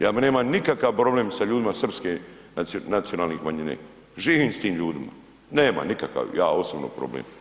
Ja bi nema nikakav problem sa ljudima srpske nacionalne manjine, živim s tim ljudima, nemam nikakav ja osobno problem.